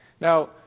Now